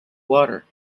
water